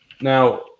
Now